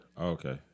Okay